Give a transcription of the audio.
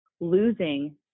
losing